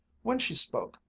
when she spoke,